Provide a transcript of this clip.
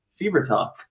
FEVERTALK